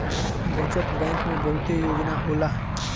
बचत बैंक में बहुते योजना होला